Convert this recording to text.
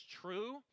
true